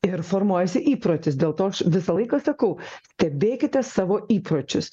ir formuojasi įprotis dėl to aš visą laiką sakau stebėkite savo įpročius